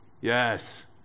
Yes